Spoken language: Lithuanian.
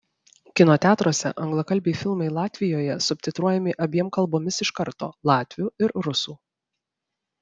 kino teatruose anglakalbiai filmai latvijoje subtitruojami abiem kalbomis iš karto latvių ir rusų